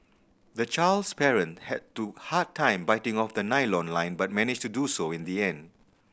the child's parent had do hard time biting off the nylon line but managed to do so in the end